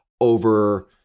over